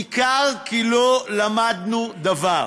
ניכר כי לא למדנו דבר.